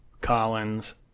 Collins